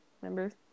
remember